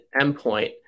endpoint